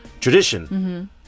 tradition